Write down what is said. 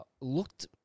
looked